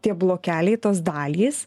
tie blokeliai tos dalys